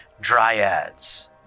dryads